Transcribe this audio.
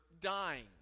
dying